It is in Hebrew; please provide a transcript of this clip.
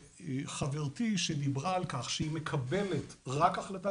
חברתי שדיברה על כך שהיא מקבלת רק החלטה